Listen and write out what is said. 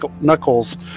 knuckles